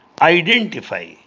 identify